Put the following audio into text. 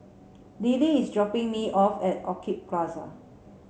Lily is dropping me off at Orchid Plaza